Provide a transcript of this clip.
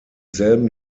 selben